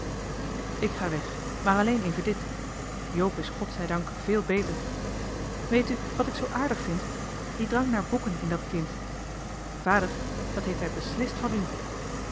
ik ga weg maar alleen even dit joop is god zij dank véél beter weet u wat ik zoo aardig vind die drang naar boeken in dat kind vader dat heeft hij beslist van u